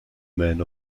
men